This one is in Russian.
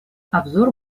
обзор